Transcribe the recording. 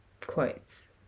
quotes